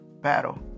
battle